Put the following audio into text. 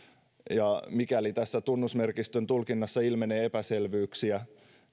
mikäli tässä tunnusmerkistön tulkinnassa ilmenee epäselvyyksiä